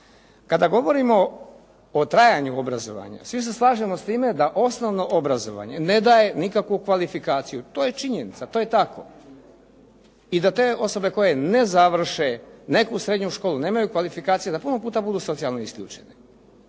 Kada govorimo o trajanju obrazovanja svi se slažemo s time da osnovno obrazovanje ne daje nikakvu kvalifikaciju. To je činjenica, to je tako. I da te osobe koje ne završe neku srednju školu nemaju kvalifikacije, da puno puta budu socijalno isključene.